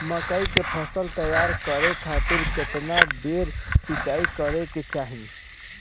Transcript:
मकई के फसल तैयार करे खातीर केतना बेर सिचाई करे के चाही?